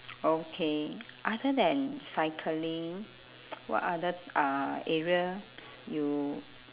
okay other than cycling what other uh area you